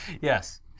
Yes